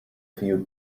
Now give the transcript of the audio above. few